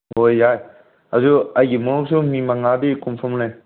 ꯍꯣꯏ ꯌꯥꯏ ꯑꯗꯨ ꯑꯩꯒꯤ ꯃꯑꯣꯡꯁꯨ ꯃꯤ ꯃꯉꯥꯗꯤ ꯀꯣꯟꯐꯣꯝꯅꯤ